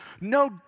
No